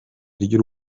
ry’u